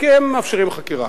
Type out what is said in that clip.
כי הם מאפשרים חקירה.